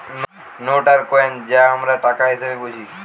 note এবং coin যা আমরা টাকা হিসেবে বুঝি